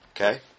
Okay